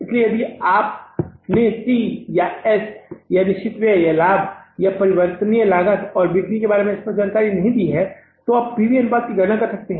इसलिए यदि आपने सी या एस या निश्चित व्यय या लाभ या परिवर्तनीय लागत और बिक्री के बारे में स्पष्ट जानकारी नहीं दी है तो आप पीवी अनुपात की गणना कर सकते हैं